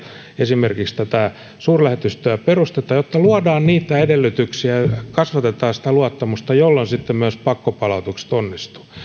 esimerkiksi tätä suurlähetystöä perustetaan jotta luodaan niitä edellytyksiä ja kasvatetaan sitä luottamusta jolloin sitten myös pakkopalautukset onnistuvat